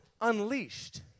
unleashed